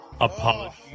Apology